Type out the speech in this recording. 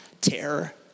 terror